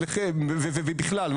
אצלכם ובכלל.